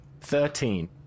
Thirteen